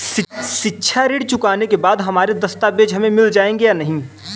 शिक्षा ऋण चुकाने के बाद हमारे दस्तावेज हमें मिल जाएंगे या नहीं?